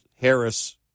Harris